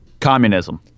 Communism